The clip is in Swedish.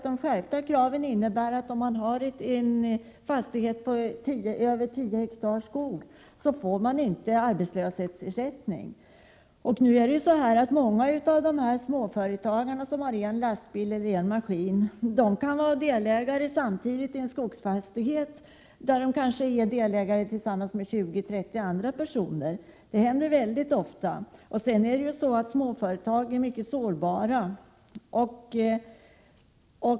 De skärpta kraven innebär att man inte får arbetslöshetsersättning, om man äger en fastighet på över 10 ha skog. Många av de småföretagare som har en lastbil eller en maskin kan samtidigt vara delägare i en skogsfastighet tillsammans med 20-30 andra personer. Det händer ofta. De små företagen är dessutom mycket sårbara.